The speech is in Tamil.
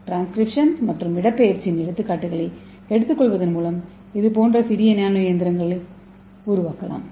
டிரான்ஸ்கிரிப்ஷன் மற்றும் இடப்பெயர்ச்சியின் எடுத்துக்காட்டுகளை எடுத்துக்கொள்வதன் மூலம் இதுபோன்ற சிறிய நானோ இயந்திரங்களை உருவாக்கலாம்